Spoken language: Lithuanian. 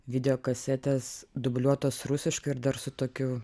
video kasetės dubliuotos rusiškai ir dar su tokiu